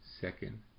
Second